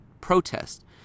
protest